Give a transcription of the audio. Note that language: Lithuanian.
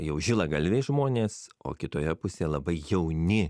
jau žilagalviai žmonės o kitoje pusėje labai jauni